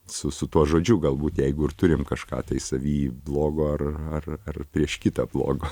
su su tuo žodžiu galbūt jeigu ir turim kažką tai savy blogo ar ar ar prieš kitą blogo